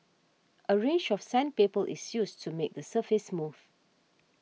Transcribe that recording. a range of sandpaper is used to make the surface smooth